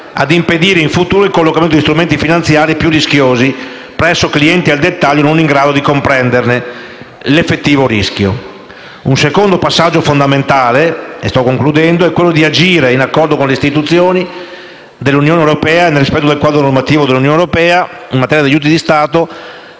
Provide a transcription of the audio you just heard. ad impedire in futuro il collocamento degli strumenti finanziari più rischiosi presso clienti al dettaglio non in grado di comprenderne l'effettivo rischio. Un secondo passaggio fondamentale è quello di agire, in accordo con le istituzioni dell'Unione europea e nel rispetto del quadro normativo dell'Unione europea in materia di aiuti di Stato,